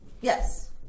Yes